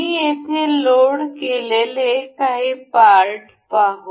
मी येथे लोड केलेले काही पार्ट पाहू